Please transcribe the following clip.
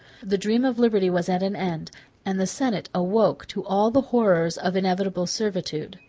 the dream of liberty was at an end and the senate awoke to all the horrors of inevitable servitude.